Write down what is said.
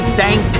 thank